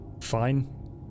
Fine